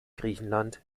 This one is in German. griechenland